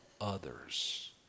others